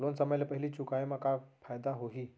Loan समय ले पहिली चुकाए मा का फायदा होही?